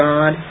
God